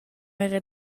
era